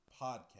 podcast